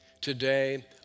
today